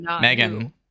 Megan